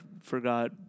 forgot